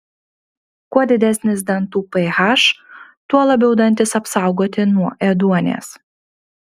kuo didesnis dantų ph tuo labiau dantys apsaugoti nuo ėduonies